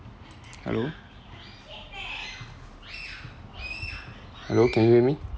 hello hello can you hear me